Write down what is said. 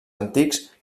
antics